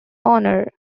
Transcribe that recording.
honor